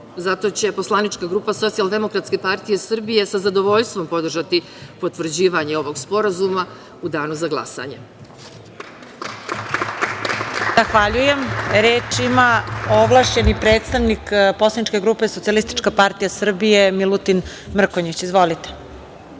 Zato će poslanička grupa Socijaldemokratske partije Srbije sa zadovoljstvom podržati potvrđivanje ovog sporazuma u danu za glasanje. **Marija Jevđić** Zahvaljujem. Reč ima ovlašćeni predstavnik poslaničke grupe Socijalistička partija Srbije Milutin Mrkonjić. Izvolite.